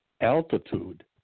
altitude